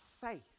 faith